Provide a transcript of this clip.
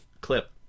clip